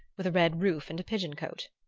with a red roof and a pigeon-cote?